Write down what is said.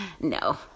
No